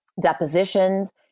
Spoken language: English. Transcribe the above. depositions